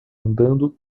andando